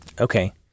Okay